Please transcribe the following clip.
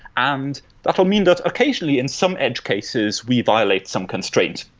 and that will mean that, occasionally, in some edge cases, we violate some constraints.